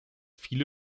viele